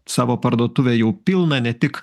savo parduotuvę jau pilną ne tik